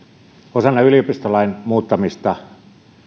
osana yliopistolain muuttamista